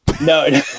No